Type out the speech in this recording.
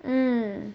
mm